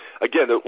again